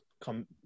come